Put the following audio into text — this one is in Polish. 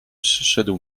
przyszedł